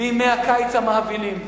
בימי הקיץ המהבילים.